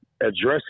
addressing